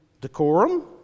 decorum